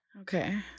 Okay